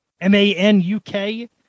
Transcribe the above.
M-A-N-U-K